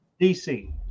DC